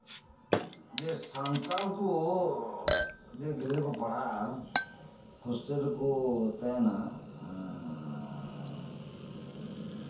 ᱡᱮ ᱥᱟᱱᱛᱟᱲ ᱠᱚ ᱡᱮ ᱜᱤᱫᱽᱨᱟᱹ ᱠᱚ ᱯᱟᱲᱦᱟᱜᱼᱟ ᱦᱳᱥᱴᱮᱞ ᱨᱮᱠᱚ ᱛᱟᱦᱮᱸᱱᱟ ᱮᱸᱜ